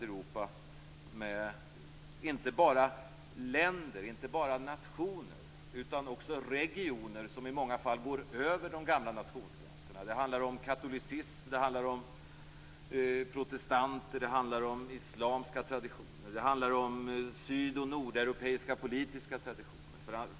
Europa omfattar inte bara länder och nationer utan också regioner, som i många fall går över de gamla gränserna och präglas av katolska, protestantiska och islamiska traditioner. Det handlar också om syd och nordeuropeiska politiska traditioner.